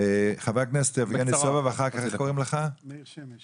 חבר הכנסת יבגני סובה, ואחר כך מאיר שמש